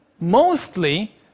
Mostly